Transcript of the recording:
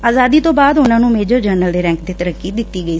ਆਜ਼ਾਦੀ ਤੋ ਬਾਅਦ ਉਨੂਾਂ ਨੂੰ ਮੇਜਰ ਜਰਨਲ ਦੇ ਰੈਕ ਤੇ ਤਰੱਕੀ ਦਿੱਡੀ ਗਈ